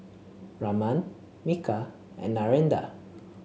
Raman Milkha and Narendra